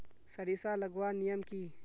सरिसा लगवार नियम की?